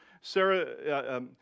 Sarah